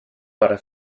para